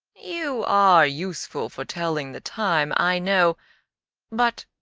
you are useful for telling the time, i know but,